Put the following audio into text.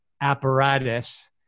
apparatus